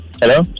hello